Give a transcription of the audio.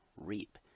reap